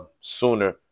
sooner